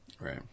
Right